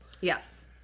Yes